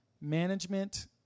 Management